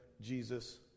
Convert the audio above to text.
Jesus